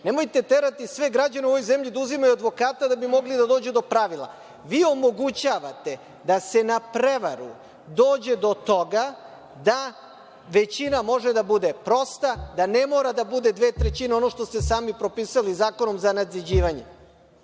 Nemojte terati sve u ovoj zemlji da uzimaju advokata da bi mogli da dođu do pravila. Vi omogućavate da se na prevaru dođe do toga da većina može da bude prosta, da ne mora da bude dve trećine, ono što ste sami propisali Zakonom za nadziđivanje,